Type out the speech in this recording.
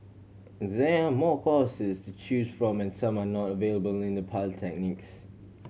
there are more courses to choose from and some are not available in the polytechnics